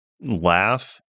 laugh